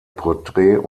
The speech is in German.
porträt